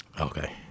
Okay